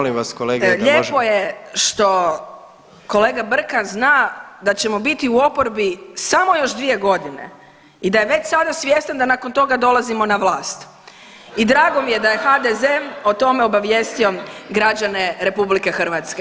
Lijepo je što kolega Brkan zna da ćemo biti u oporbi samo još dvije godine i da je već sada svjestan da nakon toga dolazimo na vlast i drago mi je da je HDZ o tome obavijestio građane RH.